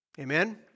Amen